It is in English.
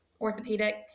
orthopedic